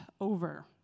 over